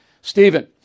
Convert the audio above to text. Stephen